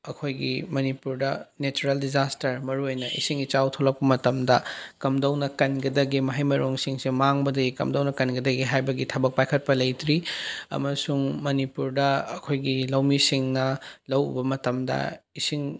ꯑꯩꯈꯣꯏꯒꯤ ꯃꯅꯤꯄꯨꯔꯗ natural disaster ꯃꯔꯨꯑꯣꯏꯅ ꯏꯁꯤꯡ ꯏꯆꯥꯎ ꯊꯣꯛꯂꯛꯄ ꯃꯇꯝꯗ ꯀꯝꯗꯧꯅ ꯀꯟꯒꯗꯒꯦ ꯃꯍꯩ ꯃꯔꯣꯡꯁꯤꯡꯁꯦ ꯃꯥꯡꯕꯗꯒꯤ ꯀꯝꯖꯧꯅ ꯀꯟꯒꯗꯒꯦ ꯍꯥꯏꯕꯒꯤ ꯊꯕꯛ ꯄꯥꯏꯈꯠꯄ ꯂꯩꯇ꯭ꯔꯤ ꯑꯃꯁꯨꯡ ꯃꯅꯤꯄꯨꯔꯗ ꯑꯩꯈꯣꯏꯒꯤ ꯂꯧꯃꯤꯁꯤꯡꯅ ꯂꯧ ꯎꯕ ꯃꯇꯝꯗ ꯏꯁꯤꯡ